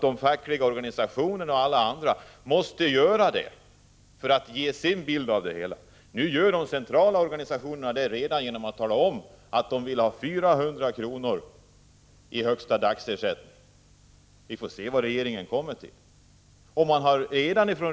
De fackliga organisationerna och alla andra måste också göra det, för att ge sin bild av det hela. De centrala organisationerna har gjort det, genom att tala om att de vill ha 400 kr. i högsta dagsersättning. Vi får se vad regeringen kommer fram till.